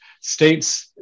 states